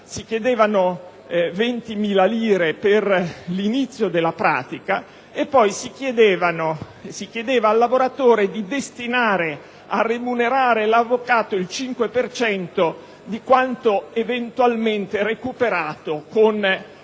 si chiedevano 20.000 lire per l'inizio della pratica, e poi si chiedeva al lavoratore di destinare a remunerare l'avvocato il 5 per cento di quanto eventualmente recuperato con la